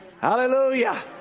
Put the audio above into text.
Hallelujah